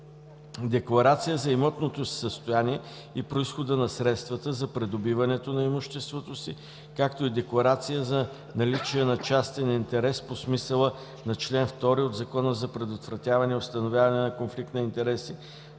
декларация за имотното си състояние и произхода на средствата за придобиването на имуществото си, както и декларация за наличие на частен интерес по смисъла на чл. 2 от Закона за предотвратяване и установяване на конфликт на интереси